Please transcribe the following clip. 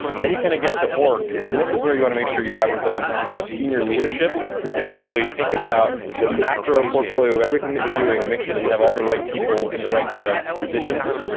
and then you kind of get to orgs, and this is where you want to make sure you have some kind of senior leadership who can actually think about the macro-portfolio, everything that we're doing and make sure that we have all the right people in the right kind of positions.